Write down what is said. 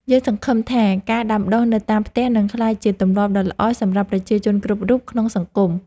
យើងសង្ឃឹមថាការដាំដុះនៅតាមផ្ទះនឹងក្លាយជាទម្លាប់ដ៏ល្អសម្រាប់ប្រជាជនគ្រប់រូបក្នុងសង្គម។